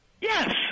Yes